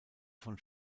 von